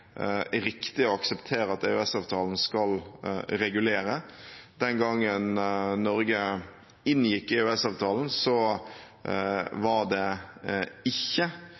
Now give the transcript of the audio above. riktig å akseptere at EØS-avtalen skal regulere. Den gangen Norge inngikk EØS-avtalen, var det ikke